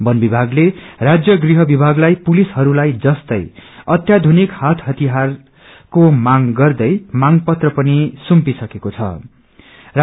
वन विभागले राज्य गृह विभागलाई पुलिसहरूलाई जस्तै अतयाधुनिक हात हतियारहरूको मांग गर्दै मांग पत्र पनि सुभ्पिसकेस्रो छ